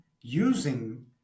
using